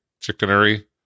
chickenery